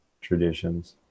traditions